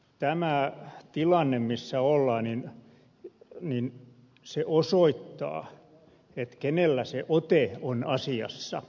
tämä tilanne missä ollaan osoittaa kenellä se ote on asiassa